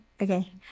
Okay